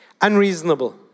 Unreasonable